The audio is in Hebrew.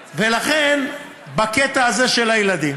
ולכן, בקטע הזה של הילדים,